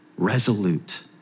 Resolute